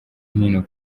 hino